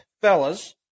fellas